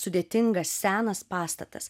sudėtingas senas pastatas